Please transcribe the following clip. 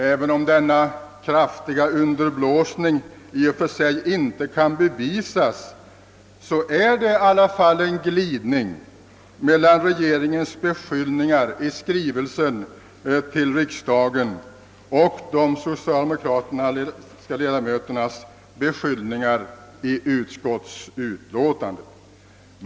Även om denna »kraftiga underblåsning» i och för sig icke kan bevisas, så finns det i alla fall en glidning mellan regeringens beskyllningar i skrivelsen till riksdagen och de socialdemokratiska ledamöternas beskyllningar i utskottsutlåtandet.